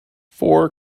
four